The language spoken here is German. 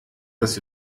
das